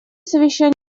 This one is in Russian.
совещания